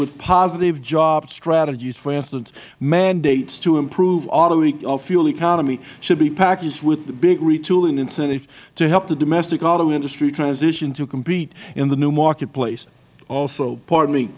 with positive job strategies for instance mandates to improve auto fuel economy should be packaged with the big retooling incentive to help the domestic auto industry transition to compete in the new marketplace also